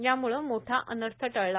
यामुळं मोठा अनर्थ टळला